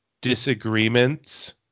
disagreements